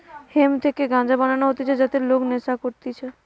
hemp থেকে গাঞ্জা বানানো হতিছে যাতে লোক নেশা করতিছে